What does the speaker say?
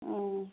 उम